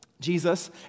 Jesus